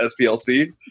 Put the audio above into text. SPLC